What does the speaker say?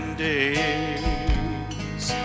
days